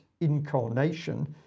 incarnation